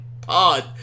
pod